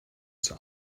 zur